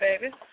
baby